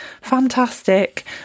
fantastic